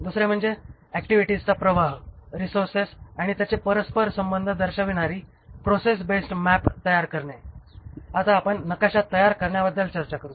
दुसरे म्हणजे ऍक्टिव्हिटीजचा प्रवाह रिसोर्सेस आणि त्यांचे परस्परसंबंध दर्शविणारी प्रोसेस बेस्ड मॅप तयार करणे होय आता आपण नकाशा तयार करण्याबद्दल चर्चा करु